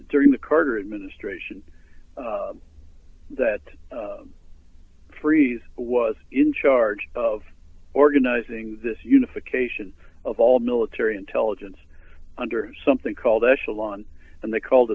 during the carter administration that freeze was in charge of organizing this unification of all military intelligence under something called echelon and they called